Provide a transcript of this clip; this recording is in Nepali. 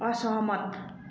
असहमत